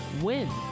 win